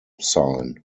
sign